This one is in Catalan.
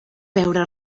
beure